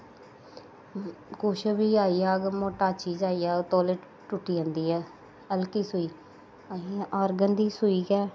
कुछ बी आई जाह्ग मोटा चीज आई जाह्ग तोलै टुटी जंदी ऐ हल्की सुई असें आरगन दी सुई गै